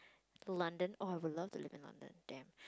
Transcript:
London oh I would love to live in London damn